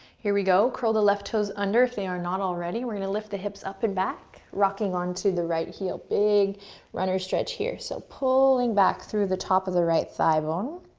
here we go, curl the left toes under if they are not already. we're going to life the hips up and back, rocking on to the right heel. big runner's stretch here. so pulling back through the top of the right thigh bone.